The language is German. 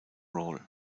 roll